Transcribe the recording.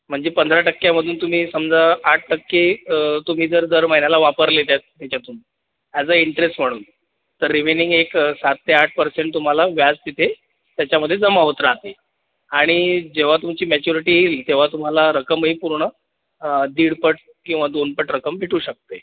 म्हणजे पंधरा टक्क्यामधून तुम्ही समजा आठ टक्के तुम्ही जर दर महिन्याला वापरले त्या याच्यातून ॲज अ इंटरेस्ट म्हणून तर रिमेनिंग एक सात ते आठ पर्सेंट तुम्हाला व्याज तिथे त्याच्यामध्ये जमा होत राहते आणि जेव्हा तुमची मॅच्युरिटी यईल तेव्हा तुम्हाला रक्कमही पूर्ण दीड पट किंवा दोन पट रक्कम भेटू शकते